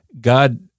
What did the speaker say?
God